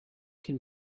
can